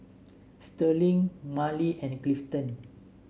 Sterling Marley and Clifton